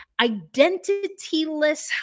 identityless